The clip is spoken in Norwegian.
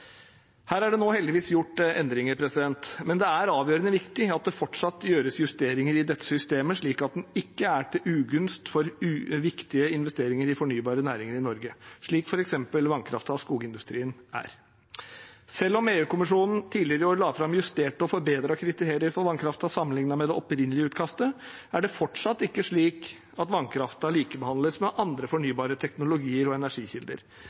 Her er det nå heldigvis gjort endringer, men det er avgjørende viktig at det fortsatt gjøres justeringer i dette systemet, slik at den ikke er til ugunst for viktige investeringer i fornybare næringer i Norge, slik som f.eks. vannkraften og skogsindustrien er. Selv om EU-kommisjonen tidligere i år la fram justerte og forbedrede kriterier for vannkraften sammenlignet med det opprinnelige utkastet, er det fortsatt ikke slik at vannkraften likebehandles med andre fornybare teknologier og energikilder.